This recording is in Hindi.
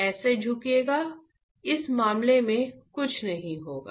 ऐसे झुकेगा इस मामले में कुछ नहीं होगा